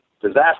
disaster